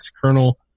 kernel